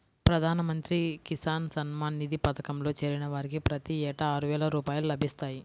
ప్రధాన మంత్రి కిసాన్ సమ్మాన్ నిధి పథకంలో చేరిన వారికి ప్రతి ఏటా ఆరువేల రూపాయలు లభిస్తాయి